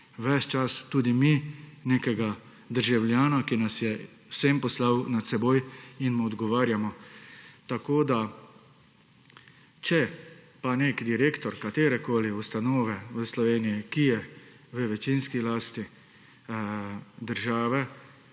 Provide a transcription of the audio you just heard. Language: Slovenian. (VI) 14.40** (Nadaljevanje) ki nas je vsem poslal nad seboj in mu odgovarjamo. Tako da če pa nek direktor katerekoli ustanove v Sloveniji, ki je v večinski lasti države,